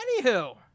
Anywho